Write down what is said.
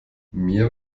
mir